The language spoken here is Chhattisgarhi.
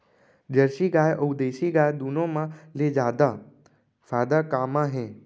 जरसी गाय अऊ देसी गाय दूनो मा ले जादा फायदा का मा हे?